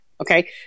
okay